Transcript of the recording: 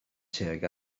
tuag